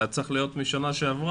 זה היה צריך להיות משנה שעברה,